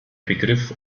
begriff